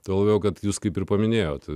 tuo labiau kad jūs kaip ir paminėjote